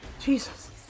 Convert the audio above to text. Jesus